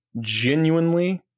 genuinely